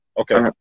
Okay